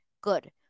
good